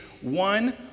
one